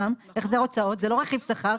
זה לא רכיב שכר,